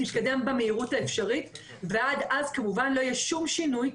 תתקדם במהירות האפשרית ועד אז כמובן לא יהיה שום שינוי,